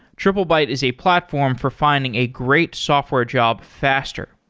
triplebyte is a platform for finding a great software job faster.